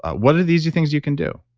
what are the easy things you can do?